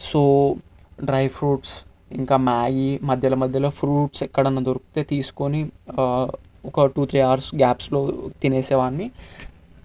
so dry fruits ఇంకా Maggi మధ్యలో మధ్యలో ఫ్రూట్స్ ఎక్కడన్నా దొరికితే తీసుకొని ఒక టూ త్రీ హావర్స్ గ్యాప్స్లో తినేసేవాడ్ని